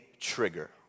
trigger